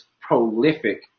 prolific